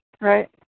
Right